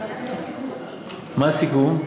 מה הסיכום?